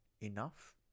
enough